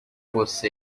você